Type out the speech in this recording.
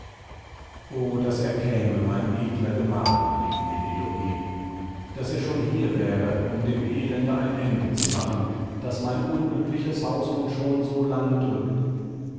o daß er käme mein edler gemahl rief penelope daß er schon hier wäre um dem elende ein ende zu machen das mein unglückliches haus nun schon so lange drückt